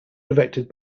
directed